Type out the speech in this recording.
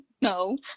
No